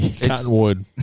Cottonwood